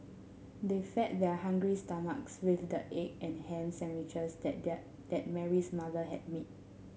they fed their hungry stomachs with the egg and ham sandwiches that their that Mary's mother had made